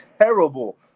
terrible